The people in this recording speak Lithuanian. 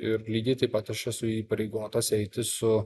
ir lygiai taip pat aš esu įpareigotas eiti su